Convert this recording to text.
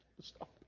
Stop